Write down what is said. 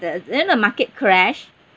the then the market crashed